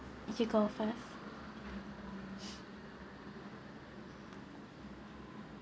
you should go first